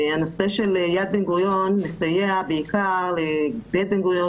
הנושא של יד בן-גוריון מסייע בעיקר לבית בן-גוריון